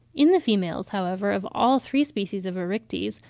in the females, however, of all three species of oryctes,